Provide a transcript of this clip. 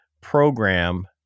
program